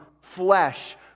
flesh